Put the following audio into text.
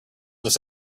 this